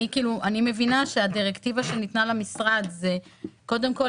אני מבינה שהדירקטיבה שניתנה למשרד היא קודם כל